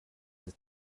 ist